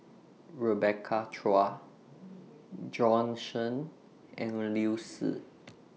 Rebecca Chua Bjorn Shen and Liu Si